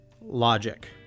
logic